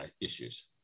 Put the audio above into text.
issues